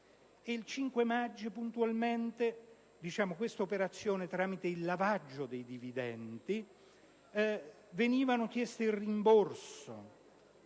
Il 5 maggio puntualmente, tramite il lavaggio dei dividendi, veniva chiesto il rimborso.